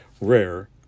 Rare